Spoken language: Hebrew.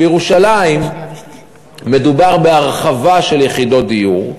בירושלים מדובר בהרחבה של יחידות דיור.